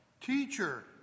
Teacher